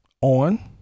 on